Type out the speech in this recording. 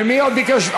ומי עוד ביקש?